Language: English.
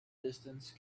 distance